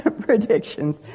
predictions